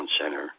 Center